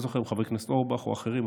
לא זוכר אם חבר הכנסת אורבך או אחרים,